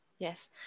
Yes